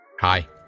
Hi